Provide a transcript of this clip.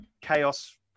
chaos